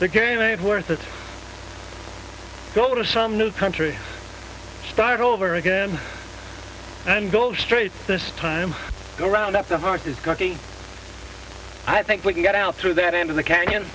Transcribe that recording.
the game it worth it go to some new country start all over again and go straight this time around that the heart is i think we can get out through that end of the canyon